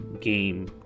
game